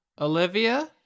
Olivia